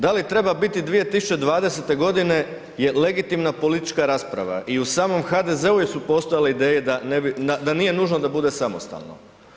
Da li treba biti 2020. g. je legitimna politička rasprava i u samom HDZ-u su postojale ideje da nije nužno da bude samostalno.